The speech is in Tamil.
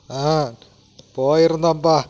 ஆ போயிருந்தோம்பா